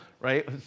Right